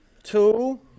Two